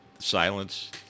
silence